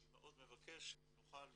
אני מאוד מבקש אם נוכל,